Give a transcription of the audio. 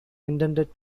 intended